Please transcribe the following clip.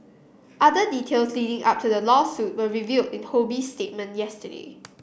other details leading up to the lawsuit were revealed in Ho Bee's statement yesterday